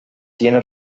tiene